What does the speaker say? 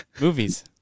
movies